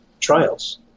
trials